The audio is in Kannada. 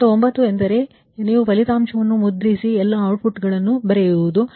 ಹಂತ 9 ಎಂದರೆ ನೀವು ಫಲಿತಾಂಶವನ್ನು ಮುದ್ರಿಸಿ ಎಲ್ಲಾ ಔಟ್ಪುಟ್ಗಳನ್ನು ಬರೆಯಿರಿ